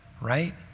right